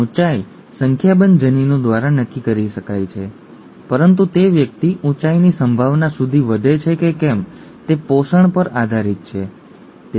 ઊંચાઈ સંખ્યાબંધ જનીનો દ્વારા નક્કી કરી શકાય છે પરંતુ તે વ્યક્તિ ઊંચાઈની સંભાવના સુધી વધે છે કે કેમ તે પોષણ પર આધારિત છે ખરું ને